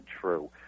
true